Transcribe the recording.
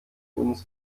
uns